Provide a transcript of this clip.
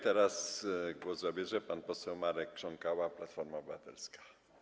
Teraz głos zabierze pan poseł Marek Krząkała, Platforma Obywatelska.